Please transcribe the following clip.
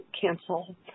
cancel